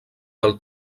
del